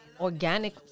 organic